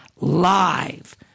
live